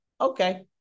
okay